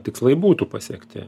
tikslai būtų pasiekti